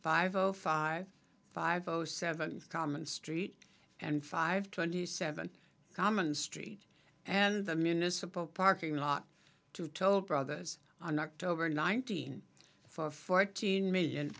five zero five five zero seven common street and five twenty seven common street and the municipal parking lot to toll brothers on october nineteenth for fourteen million